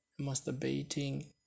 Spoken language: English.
masturbating